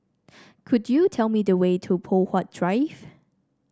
could you tell me the way to Poh Huat Drive